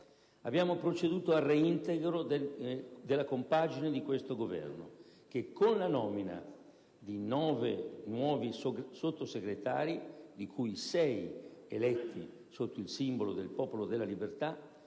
abbiamo proceduto al reintegro della compagine di questo Governo che, con la nomina di nove nuovi Sottosegretari, di cui sei eletti sotto il simbolo del Popolo della Libertà,